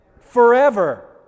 Forever